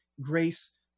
grace